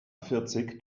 vierzig